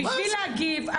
בשביל להגיב.